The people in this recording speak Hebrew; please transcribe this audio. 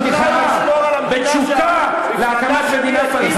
בתשוקה להקמת מדינה פלסטינית.